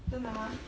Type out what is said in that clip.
真的吗:zhen de ma